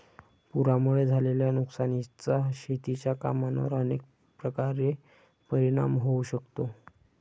पुरामुळे झालेल्या नुकसानीचा शेतीच्या कामांवर अनेक प्रकारे परिणाम होऊ शकतो